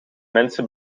mensen